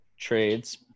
Trades